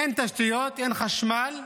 אין תשתיות, אין חשמל,